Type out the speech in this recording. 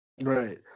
Right